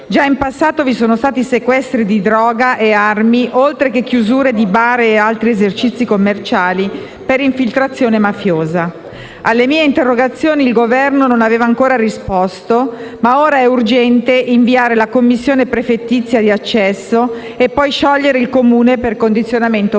Già in passato vi sono stati sequestri di droga e armi, oltre che chiusura di bar e altri esercizi commerciali per infiltrazione mafiosa. Alle mie interrogazioni il Governo non aveva ancora risposto; ora è urgente inviare la Commissione prefettizia di accesso e poi sciogliere il Comune per condizionamento mafioso.